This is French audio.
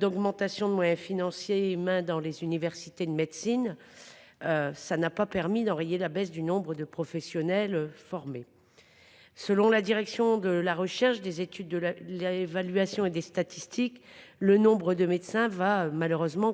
l’augmentation des moyens financiers et humains dans les universités de médecine n’a pas suffi à enrayer la baisse du nombre de professionnels formés. Selon la direction de la recherche, des études, de l’évaluation et des statistiques (Drees), le nombre de médecins va